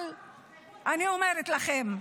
אבל אני אומרת לכם,